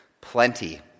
Plenty